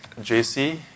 JC